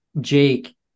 Jake